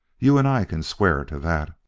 you and i can swear to that.